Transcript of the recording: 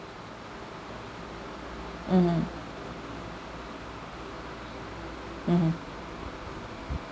mmhmm mmhmm